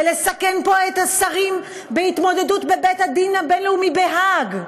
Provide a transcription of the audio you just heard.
ולסכן פה את השרים בהתמודדות בבית-הדין הבין-לאומי בהאג,